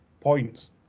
points